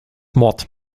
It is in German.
mord